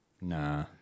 Nah